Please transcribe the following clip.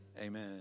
Amen